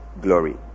glory